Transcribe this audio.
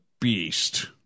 Beast